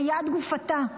ליד גופתה,